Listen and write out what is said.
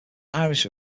iris